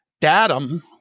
datum